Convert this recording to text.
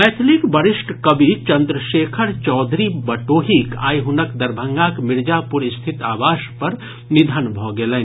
मैथिलीक वरिष्ठ कवि चंद्रशेखर चौधरी बटोहीक आइ हुनक दरभंगाक मिर्जापुर स्थित आवास पर निधन भऽ गेलनि